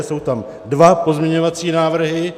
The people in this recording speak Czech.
Jsou tam dva pozměňovací návrhy.